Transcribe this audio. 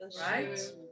right